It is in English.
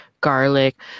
garlic